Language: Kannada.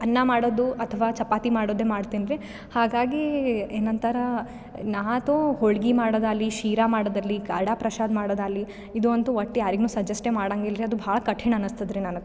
ಅನ್ನ ಮಾಡೋದು ಅಥ್ವ ಚಪಾತಿ ಮಾಡೊದೆ ಮಾಡ್ತೀನ್ರಿ ಹಾಗಾಗಿ ಏನಂತರ ನಾ ತೊ ಹೋಳಿಗೆ ಮಾಡೊದಾಲಿ ಶೀರ ಮಾಡೊದಿರ್ಲಿ ಕಾಡ ಪ್ರಸಾದ್ ಮಾಡೊದಾಲಿ ಇದು ಅಂತು ಒಟ್ಟು ಯಾರಿಗು ಸಜೆಸ್ಟೆ ಮಾಡಂಗಿಲ್ರಿ ಅದು ಭಾಳ ಕಠಿಣ ಅನ್ನಿಸ್ತದ್ರಿ ನನ್ಗೆ